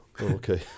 okay